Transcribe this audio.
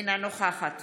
אינה נוכחת